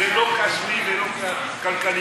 זה לא כספי ולא כלכלי.